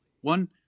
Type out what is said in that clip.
one